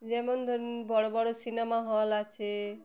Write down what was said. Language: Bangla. যেমন ধরুন বড় বড় সিনেমা হল আছে